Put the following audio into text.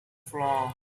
floor